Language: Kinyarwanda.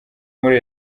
muri